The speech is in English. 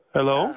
Hello